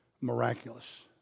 miraculous